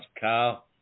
Kyle